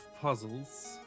puzzles